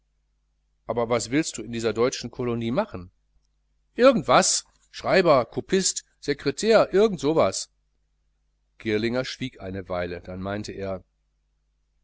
aber was willst du in dieser deutschen kolonie machen irgend was schreiber kopist sekretair irgend so was girlinger schwieg eine weile dann meinte er